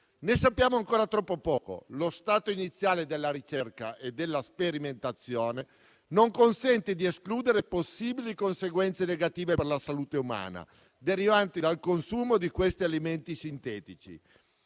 Ne sappiamo ancora troppo poco e lo stato iniziale della ricerca e della sperimentazione non consente di escludere possibili conseguenze negative per la salute umana derivanti dal consumo di questi alimenti sintetici.